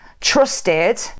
trusted